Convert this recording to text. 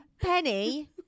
penny